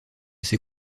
ces